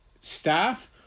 staff